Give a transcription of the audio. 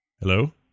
Hello